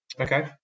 Okay